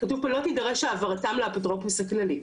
כתוב פה לא תידרש העברתם לאפוטרופוס הכללי.